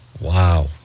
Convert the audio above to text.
Wow